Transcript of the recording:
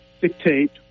dictate